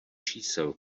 čísel